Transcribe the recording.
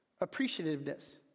appreciativeness